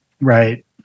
Right